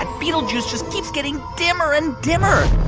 ah betelgeuse just keeps getting dimmer and dimmer